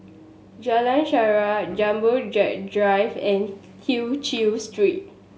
Jalan Shaer Jumbo Jet Drive and Tew Chew Street